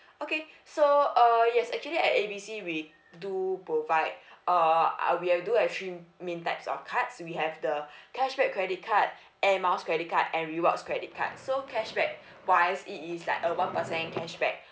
okay so uh yes actually at A B C we do provide uh uh we do have three main types of cards we have the cashback credit card air miles credit card and rewards credit card so cashback wise it is like a one percent cashback